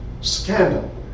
scandal